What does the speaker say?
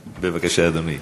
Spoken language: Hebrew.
בבקשה, אדוני.